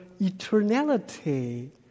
eternality